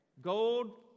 Gold